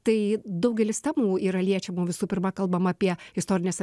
tai daugelis temų yra liečiama visų pirma kalbama apie istorinės